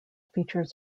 features